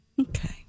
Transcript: okay